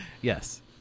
yes